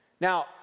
Now